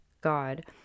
God